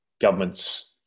governments